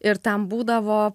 ir ten būdavo